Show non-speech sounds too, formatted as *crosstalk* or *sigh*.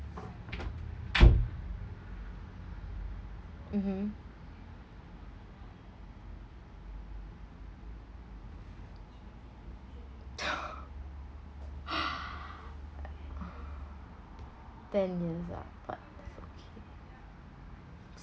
mmhmm *laughs* *breath* ten years ah but okay